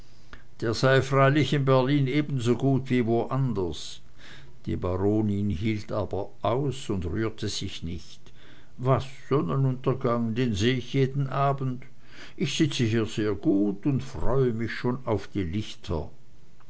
der sei freilich in berlin ebensogut wie woanders die baronin hielt aber aus und rührte sich nicht was sonnenuntergang den seh ich jeden abend ich sitze hier sehr gut und freue mich schon auf die lichter